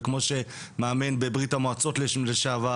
וכמו מאמן בברה"מ לשעבר,